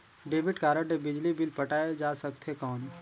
Debit card ले बिजली bill पटाय जा सकथे कौन?